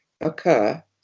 occur